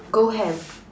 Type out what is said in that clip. go ham